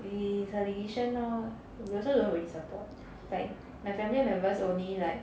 it is her decision lor we also don't really support like my family members only like